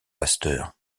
pasteur